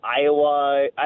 Iowa